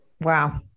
Wow